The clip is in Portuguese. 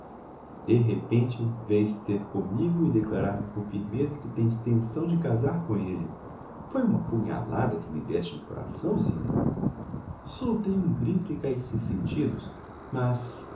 de repente vens ter commigo e declarar me com firmeza que tens tenção de casar com elle foi uma punhalada que me déste no coração zina soltei um grito e caí sem sentidos mas